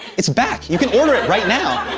it's back, you can order it right now!